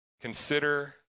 Consider